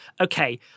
okay